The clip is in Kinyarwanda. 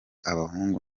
abahungu